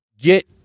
get